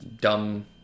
dumb